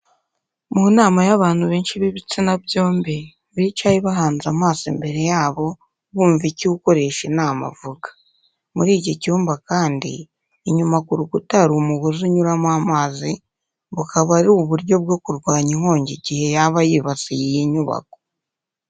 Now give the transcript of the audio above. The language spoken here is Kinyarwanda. Mu nama y'abantu benshi b'ibitsina byombi, bicaye bahanze amaso imbere yabo, bumva icyo ukoresha inama avuga. Muri iki cyumba kandi inyuma ku rukuta hari umugozi unyuramo amazi, bukaba ari uburyo bwo kurwanya inkongi igihe yaba yibasiye iyi nyubako.